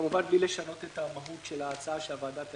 כמובן בלי לשנות את מהות ההצעה שהוועדה תאשר.